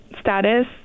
status